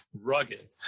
rugged